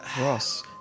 Ross